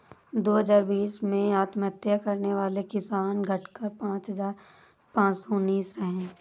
दो हजार बीस में आत्महत्या करने वाले किसान, घटकर पांच हजार पांच सौ उनासी रहे